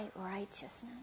righteousness